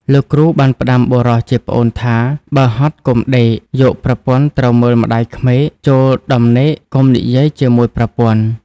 លោកគ្រូបានផ្ដាំបុរសជាប្អូនថា “បើហត់កុំដេក, យកប្រពន្ធត្រូវមើលម្ដាយក្មេក, ចូលដំណេកកុំនិយាយជាមួយប្រពន្ធ”។